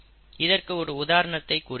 இதற்கு ஒரு உதாரணத்தைக் கூறுகிறேன்